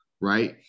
right